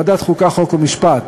ועדת החוקה, חוק ומשפט,